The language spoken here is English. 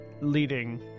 leading